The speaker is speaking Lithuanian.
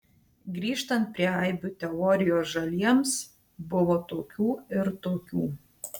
grįžtant prie aibių teorijos žaliems buvo tokių ir tokių